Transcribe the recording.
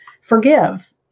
forgive